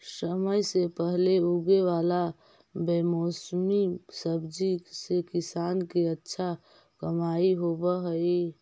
समय से पहले उगे वाला बेमौसमी सब्जि से किसान के अच्छा कमाई होवऽ हइ